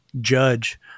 judge